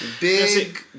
Big